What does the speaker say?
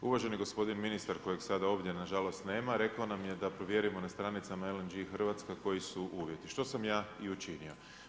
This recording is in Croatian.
Uvaženi gospodin ministar kojeg sada ovdje nažalost nema rekao nam je da provjerimo na stranicama LNG Hrvatska koji su uvjeti, što sam ja i učinio.